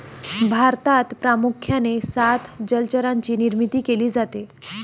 भारतात प्रामुख्याने सात जलचरांची निर्मिती केली जाते